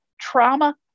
trauma